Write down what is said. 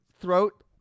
throat